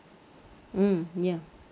mm ya